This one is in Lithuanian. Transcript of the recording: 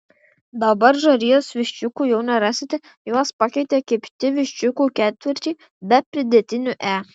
dabar žarijos viščiukų jau nerasite juos pakeitė kepti viščiukų ketvirčiai be pridėtinių e